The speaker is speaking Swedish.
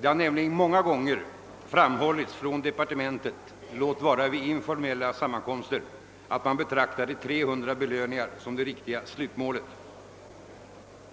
Det har nämligen många gånger framhållits från departementet, låt vara vid informella sammankomster, att man betraktar 300 belöningar som det riktiga slutmålet.